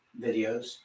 videos